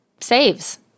saves